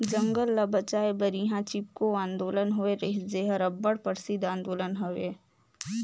जंगल ल बंचाए बर इहां चिपको आंदोलन होए रहिस जेहर अब्बड़ परसिद्ध आंदोलन हवे